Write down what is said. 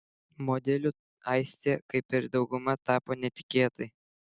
modeliu aistė kaip ir dauguma tapo netikėtai